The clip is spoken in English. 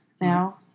Now